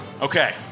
Okay